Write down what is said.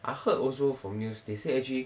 I heard also from news they say actually